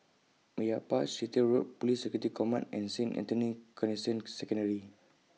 Meyappa Chettiar Road Police Security Command and Saint Anthony's Canossian Secondary